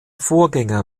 vorgänger